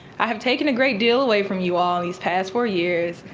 i have taken a great deal away from you all in these past four years,